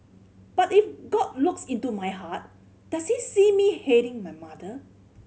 but if God looks into my heart does he see me hating my mother